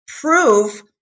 prove